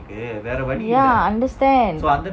ya understand